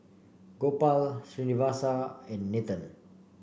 Gopal Srinivasa and Nathan